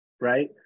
right